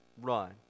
run